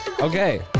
Okay